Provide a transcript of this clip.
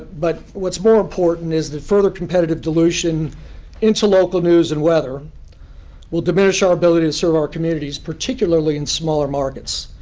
but what's more important is that further competitive dilution into local news and weather will diminish our ability to serve our communities, particularly in smaller market. so